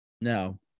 No